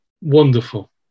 Wonderful